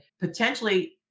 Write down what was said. potentially